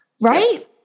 right